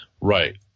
Right